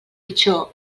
pitjor